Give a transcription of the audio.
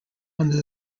under